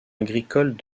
agricoles